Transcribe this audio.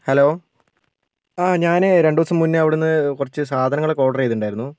hello ആ ഞാൻ രണ്ട് ദിവസം മുൻപ് അവിടുന്ന് കുറച്ച് സാധനങ്ങളൊക്കെ ഓർഡറ് ചെയ്തിട്ടുണ്ടായിരുന്നു